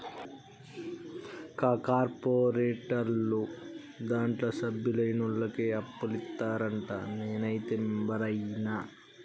కా కార్పోరేటోళ్లు దాంట్ల సభ్యులైనోళ్లకే అప్పులిత్తరంట, నేనైతే మెంబరైన